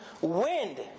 wind